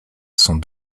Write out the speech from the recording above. sont